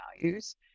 values